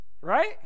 Right